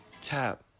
tap